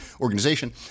organization